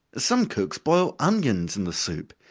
some cooks boil onions in the soup,